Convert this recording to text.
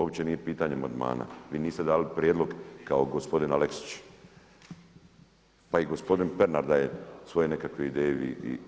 Opće nije pitanje amandmana, vi niste dali prijedlog kao gospodin Aleksić, pa i gospodin Pernar daje svoje nekakve ideje.